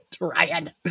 Ryan